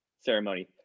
ceremony